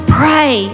pray